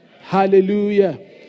Hallelujah